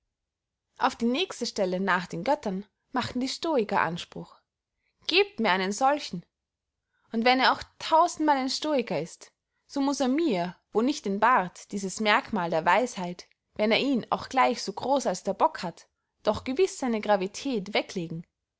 auf die nächste stelle nach den göttern machen die stoiker anspruch gebt mir einen solchen und wenn er auch tausendmal ein stoiker ist so muß er mir wo nicht den bart dieses merkmahl der weisheit wenn er ihn auch gleich so groß als der bock hat doch gewiß seine gravität weglegen